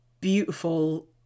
beautiful